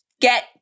get